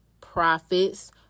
profits